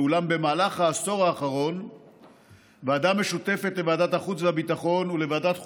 ואולם בעשור האחרון ועדה משותפת לוועדת החוץ והביטחון ולוועדת החוקה,